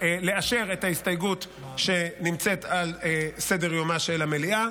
לאשר את ההסתייגות שנמצאת על סדר-יומה של המליאה.